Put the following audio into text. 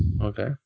Okay